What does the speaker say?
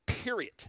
Period